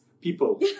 people